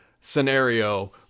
scenario